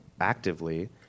actively